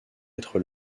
être